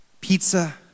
Pizza